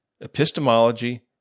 epistemology